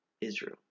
Israel